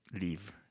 leave